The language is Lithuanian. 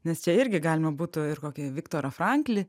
nes čia irgi galima būtų ir kokį viktorą franklį